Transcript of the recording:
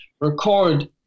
record